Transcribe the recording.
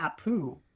Apu